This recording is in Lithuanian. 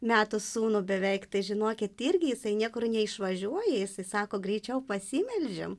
metų sūnų beveik tai žinokit irgi jisai niekur neišvažiuoja jisai sako greičiau pasimeldžiam